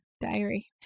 diary